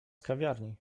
kawiarni